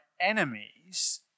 enemies